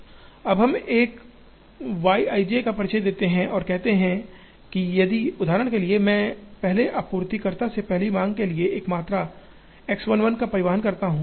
अब हम एक Y i j का परिचय देते हैं और कहते हैं कि यदि उदाहरण के लिए मैं पहले आपूर्तिकर्ता से पहली मांग के लिए एक मात्रा X 1 1 का परिवहन करता हूं